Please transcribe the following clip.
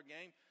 game